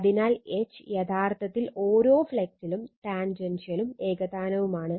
അതിനാൽ H യഥാർത്ഥത്തിൽ ഓരോ ഫ്ലക്സിലും ടാൻജെൻഷ്യലും ഏകതാനവുമാണ്